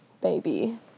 baby